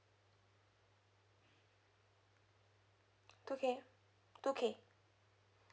two K two K